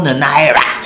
naira